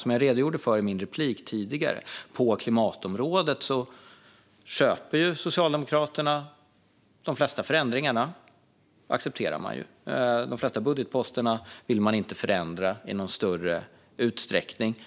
Som jag redogjorde för i min tidigare replik accepterar ju Socialdemokraterna de flesta förändringarna på klimatområdet. De flesta budgetposterna vill man inte förändra i någon större utsträckning.